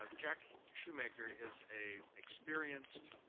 ah jack shoemaker is a experienced,